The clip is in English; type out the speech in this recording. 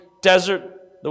desert